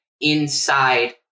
inside